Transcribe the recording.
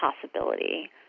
possibility